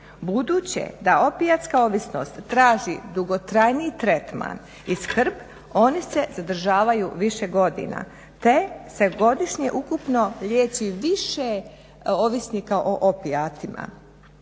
budući da opijatska ovisnost traži dugotrajniji tretman i skrb, oni se zadržavaju više godina te se godišnje ukupno liječi više ovisnika o opijatima.